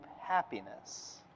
happiness